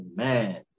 Amen